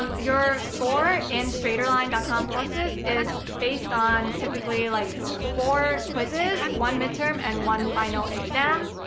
your score in straighterline dot com courses is based on, typically, like four quizzes, one midterm, and one final exam.